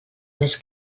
més